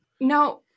no